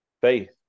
faith